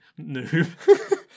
noob